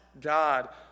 God